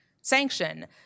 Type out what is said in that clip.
sanction